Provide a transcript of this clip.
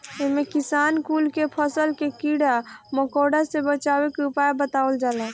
इमे किसान कुल के फसल के कीड़ा मकोड़ा से बचावे के उपाय बतावल जाला